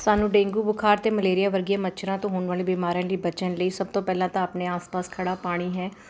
ਸਾਨੂੰ ਡੇਂਗੂ ਬੁਖਾਰ ਅਤੇ ਮਲੇਰੀਆ ਵਰਗੇ ਮੱਛਰਾਂ ਤੋਂ ਹੋਣ ਵਾਲੇ ਬਿਮਾਰੀਆਂ ਲਈ ਬਚਣ ਲਈ ਸਭ ਤੋਂ ਪਹਿਲਾਂ ਤਾਂ ਆਪਣੇ ਆਸ ਪਾਸ ਖੜਾ ਪਾਣੀ ਹੈ